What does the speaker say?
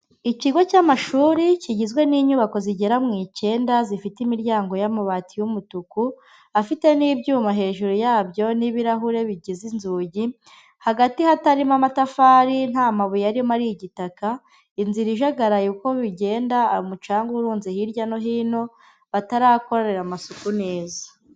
Ikigo cy'amashuri kigizwe n'inyubako zigera mu icyenda, zifite imiryango y'amabati y'umutuku, afite n'ibyuma hejuru yabyo n'ibirahure bigize inzugi, hagati hatarimo amatafari nta mabuye arimo ari igitaka, inzira ijagaraye uko bigenda, umucanga urunze hirya no hino, batarakorera amasuku neza.